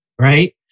right